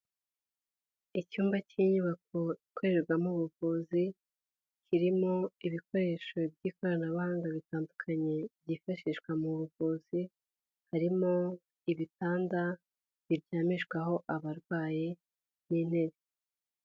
Icyumba cy'inyubako ikorerwamo ubuvuzi, kirimo ibikoresho by'ikoranabuhanga bitandukanye byifashishwa mu buvuzi, harimo ibitanda biryamishwaho abarwayi n'intebe.